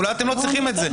אולי אתם לא צריכים את זה.